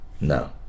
no